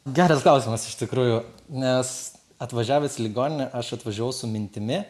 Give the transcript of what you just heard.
geras klausimas iš tikrųjų nes atvažiavęs į ligoninę aš atvažiavau su mintimi